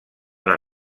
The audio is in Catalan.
una